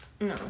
No